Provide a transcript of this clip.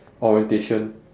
orientation